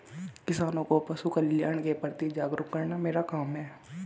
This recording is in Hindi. किसानों को पशुकल्याण के प्रति जागरूक करना मेरा काम है